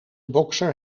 bokser